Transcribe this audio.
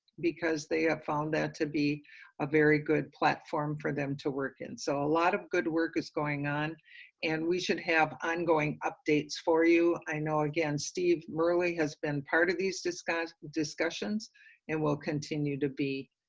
because they have found that to be a very good platform for them to work in, and so a lot of good work is going on and we should have ongoing updates for you. i know again, steve merle has been part of these discussions discussions and will continue to be.